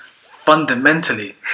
fundamentally